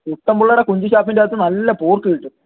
കുട്ടൻപിള്ളയുടെ കൊഞ്ച് ഷാപ്പിൻറ്റാത് നല്ല പോർക്ക് കിട്ടും